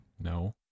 No